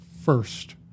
first